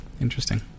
interesting